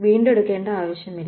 വീണ്ടെടുക്കേണ്ട ആവശ്യമില്ല